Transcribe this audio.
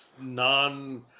non